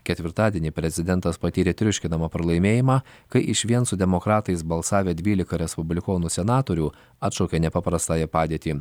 ketvirtadienį prezidentas patyrė triuškinamą pralaimėjimą kai išvien su demokratais balsavę dvylika respublikonų senatorių atšaukė nepaprastąją padėtį